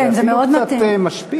נראה לי קצת משפיל.